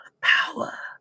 power